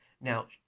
Now